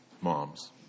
moms